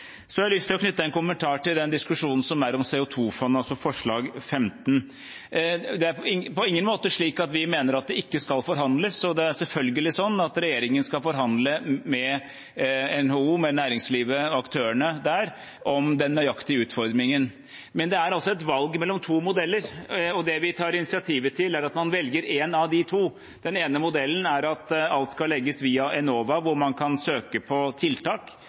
Så har jeg lyst til å knytte en kommentar til den diskusjonen som er om CO 2 -fondet, altså forslag nr. 15 i representantforslaget. Det er på ingen måte slik at vi mener at det ikke skal forhandles, og det er selvfølgelig slik at regjeringen skal forhandle med NHO, med aktørene i næringslivet, om den nøyaktige utformingen. Men det er et valg mellom to modeller, og det vi tar initiativ til, er at man velger en av de to. Den ene modellen er at alt skal legges via Enova, hvor man kan søke på tiltak.